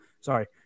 Sorry